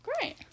Great